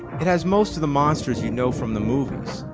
it has most of the monsters you know from the movies.